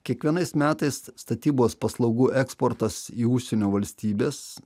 kiekvienais metais statybos paslaugų eksportas į užsienio valstybes